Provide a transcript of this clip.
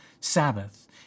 Sabbath